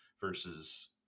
versus